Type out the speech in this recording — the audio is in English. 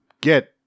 get